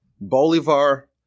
Bolivar